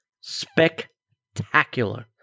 spectacular